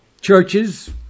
churches